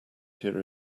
year